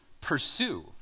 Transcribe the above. pursue